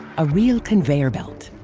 a real conveyer belt.